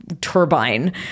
turbine